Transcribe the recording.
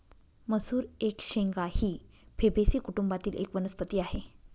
मसूर एक शेंगा ही फेबेसी कुटुंबातील एक वनस्पती आहे